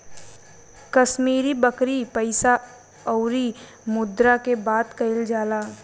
कश्मीरी बकरी पइसा अउरी मुद्रा के बात कइल जाला